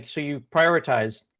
like so you prioritize.